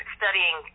studying